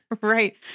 Right